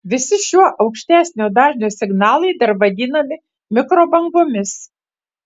visi šiuo aukštesnio dažnio signalai dar vadinami mikrobangomis